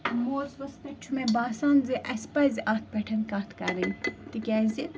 موضوٗعس پٮ۪ٹھ چھُ مےٚ باسان زِ اَسہِ پَزِ اتھ پٮ۪ٹھ کتھ کَرٕنۍ تِکیٛازِ